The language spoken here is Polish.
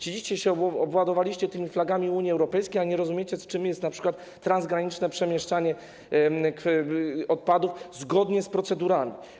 Siedzicie, obładowaliście się tymi flagami Unii Europejskiej, a nie rozumiecie, czym jest np. transgraniczne przemieszczanie odpadów zgodnie z procedurami.